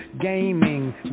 Gaming